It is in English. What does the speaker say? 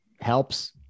helps